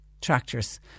tractors